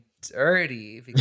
dirty